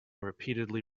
repeatedly